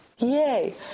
yay